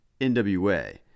NWA